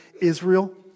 Israel